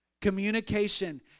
communication